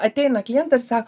ateina klientas sa